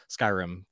Skyrim